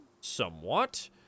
somewhat